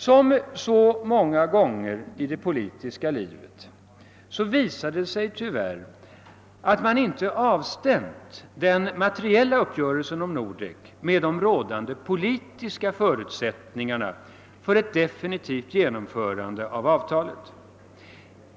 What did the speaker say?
Som så många gånger i det politiska livet visade det sig tyvärr att man inte avstämt den materiella uppgörelsen om Nordek med de rådande politiska förutsättningarna för ett definitivt genomförande av avtalet.